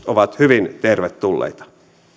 ovat hyvin tervetulleita